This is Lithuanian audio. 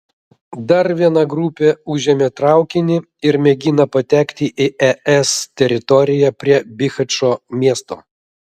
dar viena grupė užėmė traukinį ir mėgina patekti į es teritoriją prie bihačo miesto